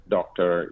Doctor